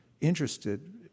interested